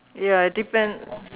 ya it depend